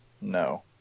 no